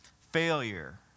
failure